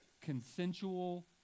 consensual